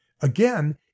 Again